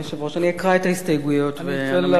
אני אקרא את ההסתייגויות ואנמק אותן.